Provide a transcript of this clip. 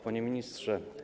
Panie Ministrze!